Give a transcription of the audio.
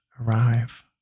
arrive